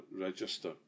register